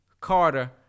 Carter